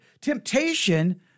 Temptation